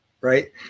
Right